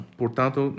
portanto